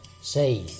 Say